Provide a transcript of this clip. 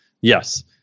Yes